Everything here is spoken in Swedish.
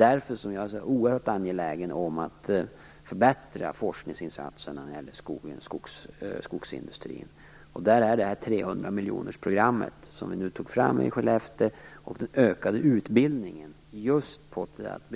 Därför är jag mycket angelägen om att förbättra forskningsinsatserna inom skogsindustrin. Det 300-miljonersprogram som vi tog fram i Skellefteå och den ökade utbildningen just för att